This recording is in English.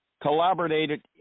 collaborated